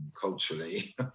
culturally